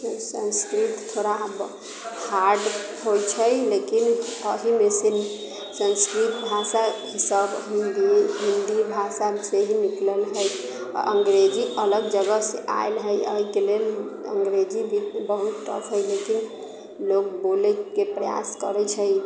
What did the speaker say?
सन्स्कृत थोड़ा हार्ड होइत छै लेकिन एहिमे से सन्स्कृत भाषासँ हिन्दी हिन्दी भाषा से ही निकलल हय आ अँग्रेजी अलग जगह से आयल हय एहिके लेल अँग्रेजी दि बहुत टफ हय लेकिन लोग बोलैके प्रयास करैत छै